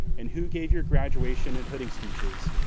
and who gave your graduation and hooding speeches,